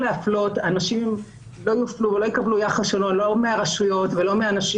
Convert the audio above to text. אנשים לא יופלו ולא יקבלו יחס שונה מהרשויות או מאנשים